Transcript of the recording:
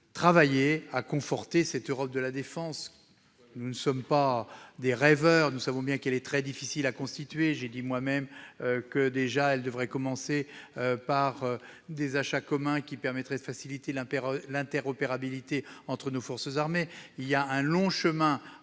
travailler à conforter l'Europe de la défense. Nous ne sommes pas des rêveurs : nous savons bien qu'elle est très difficile à constituer. J'ai dit moi-même qu'elle devrait commencer par des achats communs, qui faciliteraient l'interopérabilité entre les forces armées. Il y a un long chemin